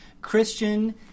Christian